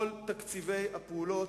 כל תקציבי הפעולות,